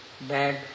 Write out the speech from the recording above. bad